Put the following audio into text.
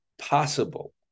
possible